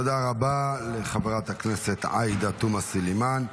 תודה רבה לחברת הכנסת עאידה תומא סלימאן.